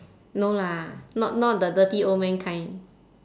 no lah not not the dirty old man kind